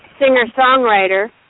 singer-songwriter